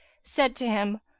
said to him,